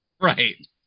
right